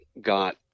got